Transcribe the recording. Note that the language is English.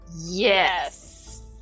Yes